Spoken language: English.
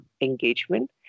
engagement